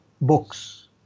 books